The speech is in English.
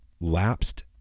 lapsed